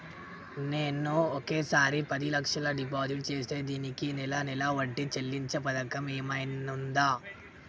నేను ఒకేసారి పది లక్షలు డిపాజిట్ చేస్తా దీనికి నెల నెల వడ్డీ చెల్లించే పథకం ఏమైనుందా?